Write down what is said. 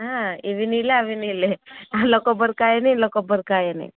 ఇవి నీళ్ళే అవి నీళ్ళే అందులో కొబ్బరికాయనే ఇందులో కొబ్బరికాయనే